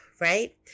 right